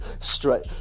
Straight